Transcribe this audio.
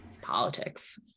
politics